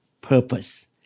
purpose